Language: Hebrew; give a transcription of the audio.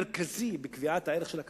הוא כלי מרכזי ביכולת של המדינה